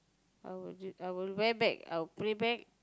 I would I would wear back I would pray back